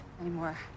anymore